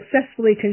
successfully